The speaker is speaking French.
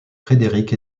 frédéric